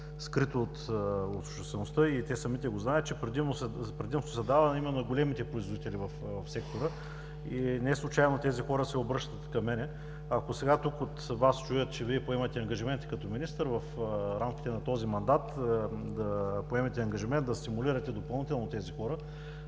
не е скрито от общността, а и те самите го знаят, че предимство се дава именно на големите производители в сектора. Неслучайно тези хора се обръщат към мен. Ако сега тук от Вас чуят, че Вие поемате ангажимент като министър в рамките на този мандат да стимулирате допълнително тези хора,